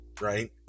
right